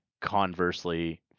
conversely